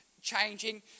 changing